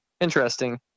Interesting